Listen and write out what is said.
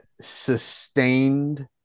sustained